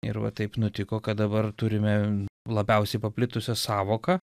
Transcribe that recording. ir va taip nutiko kad dabar turime labiausiai paplitusią sąvoką